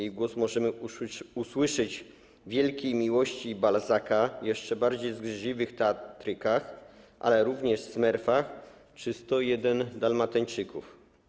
Jej głos możemy usłyszeć w „Wielkiej miłości Balzaca”, „Jeszcze bardziej zgryźliwych tetrykach”, ale również w „Smerfach” czy „101 dalmatyńczykach”